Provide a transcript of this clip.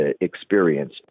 experience